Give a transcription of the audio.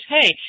hey